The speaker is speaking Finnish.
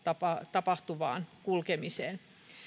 tapahtuvaan kulkemiseen